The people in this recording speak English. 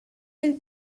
will